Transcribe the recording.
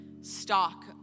stock